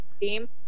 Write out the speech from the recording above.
team